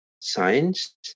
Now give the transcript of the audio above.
science